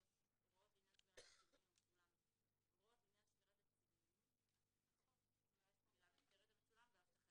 (3)הוראות לעניין שמירת הצילומים המצולם ואבטחתם.